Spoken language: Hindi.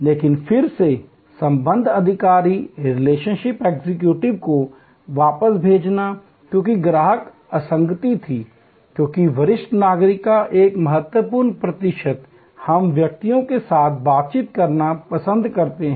लेकिन फिर संबंध अधिकारी को वापस भेजना क्योंकि ग्राहक असंगति थी क्योंकि वरिष्ठ नागरिकों का एक महत्वपूर्ण प्रतिशत हम व्यक्तियों के साथ बातचीत करना पसंद करते हैं